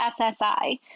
SSI